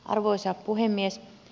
arvoisa puhemies